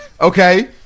okay